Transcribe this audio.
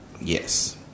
yes